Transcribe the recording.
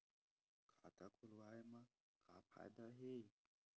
खाता खोलवाए मा का फायदा हे